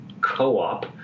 coop